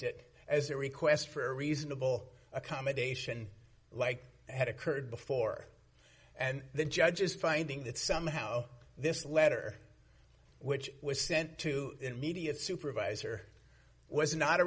it as a request for a reasonable accommodation like i had occurred before and the judge's finding that somehow this letter which was sent to immediate supervisor was not a